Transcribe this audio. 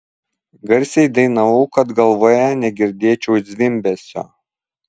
garsiai dainavau kad galvoje negirdėčiau zvimbesio